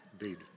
Indeed